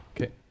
Okay